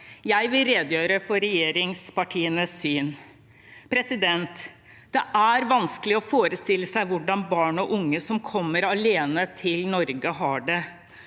Jeg vil redegjøre for regjeringspartienes syn. Det er vanskelig å forestille seg hvordan barn og unge som kommer alene til Norge, har det,